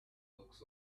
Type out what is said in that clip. looks